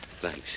Thanks